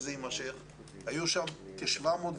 תשאל.